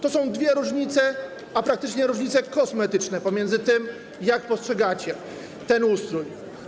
To są dwie różnice, praktycznie różnice kosmetyczne pomiędzy tym, jak postrzegacie ten ustrój.